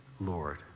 Lord